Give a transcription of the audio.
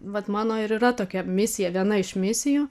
vat mano ir yra tokia misija viena iš misijų